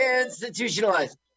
Institutionalized